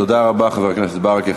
תודה רבה, חבר הכנסת ברכה.